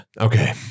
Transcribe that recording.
Okay